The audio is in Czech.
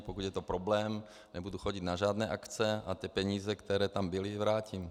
Pokud je to problém, nebudu chodit na žádné akce a ty peníze, které tam byly, vrátím.